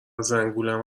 زنگولم